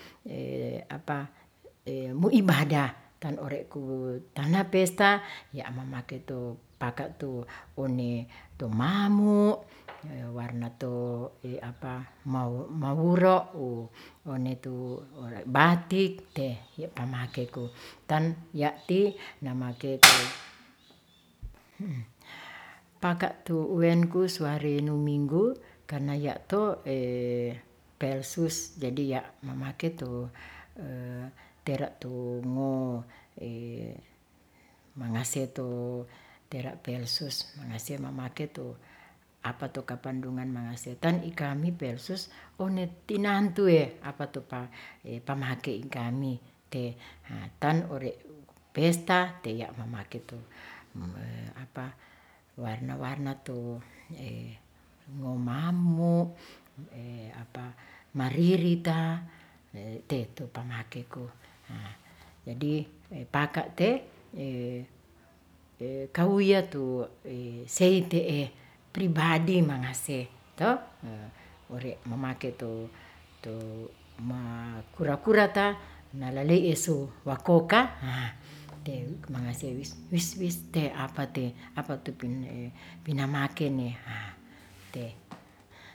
mo ibadah tan ore' ku tana pesta ya amamaketu paka tuune tu mamu warna to mawuro' wone tu batik te takame ku, ton ya' ti namake tu paka tu uwenkuswarenu minggu karna ya' to pelsus jadi ya' mamake tu tera tu mongase tu tera pelsus mangase mamake tu apatu kapandungan mangase ton ikami pelsus one tinantue apatu pamake ikami te haa ton ure' pesta te ya' mamake tu warna warna tu, momamu, maririta, teto pamakeko. jadi mopaka te kauya tu seitee pribadi mangase, to ure mamake tu kura-kura ta nalalei isu wakoka ahh te mangase wis wis te apate pinamaken ehh ta.